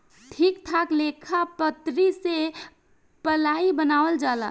ठीक ठाक लेखा पटरी से पलाइ बनावल जाला